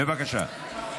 בבקשה.